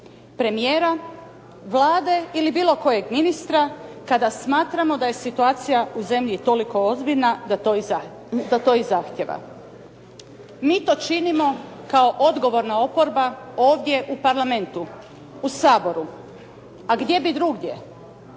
premijera, Vlade ili bilo kojeg ministra kada smatramo da je situacija u zemlji toliko ozbiljna da to i zahtijeva. Mi to činimo kao odgovorna oporba ovdje u Parlamentu, u Saboru, a gdje bi drugdje,